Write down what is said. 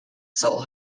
sole